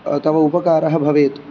तव उपकारः भवेत्